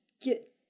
get